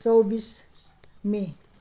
चौबिस मई